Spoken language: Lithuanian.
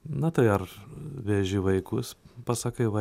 na tai ar veži vaikus pasakai va